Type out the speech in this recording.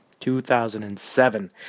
2007